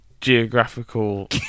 geographical